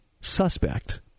suspect